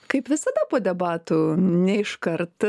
kaip visada po debatų ne iškart